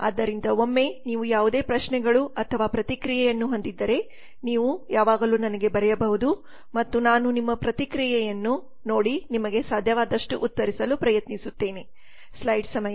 ಆದ್ದರಿಂದ ಒಮ್ಮೆ ನೀವು ಯಾವುದೇ ಪ್ರಶ್ನೆಗಳು ಅಥವಾ ಯಾವುದೇ ಪ್ರತಿಕ್ರಿಯೆಯನ್ನು ಹೊಂದಿದ್ದರೆ ನೀವು ಯಾವಾಗಲೂ ನನಗೆ ಬರೆಯಬಹುದು ಮತ್ತು ನಿಮ್ಮ ಪ್ರತಿಕ್ರಿಯೆಯನ್ನು ನಾನು ನೋಡಿಕೊಳ್ಳುತ್ತೇನೆ ಮತ್ತು ನಿಮಗೆ ಉತ್ತರಿಸಲು ಸಾಧ್ಯವಾದಷ್ಟು ಪ್ರಯತ್ನಿಸುತ್ತೇನೆ